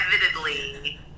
inevitably